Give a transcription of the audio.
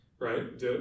right